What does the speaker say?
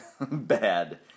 bad